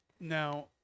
now